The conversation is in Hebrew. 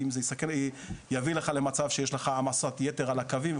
אם זה יביא לך למצב שיש לך העמסת יתר על הקווים,